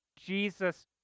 Jesus